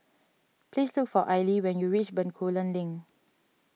please look for Aili when you reach Bencoolen Link